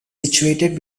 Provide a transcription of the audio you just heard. situated